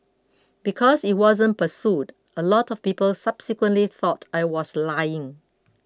because it wasn't pursued a lot of people subsequently thought I was lying